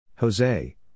Jose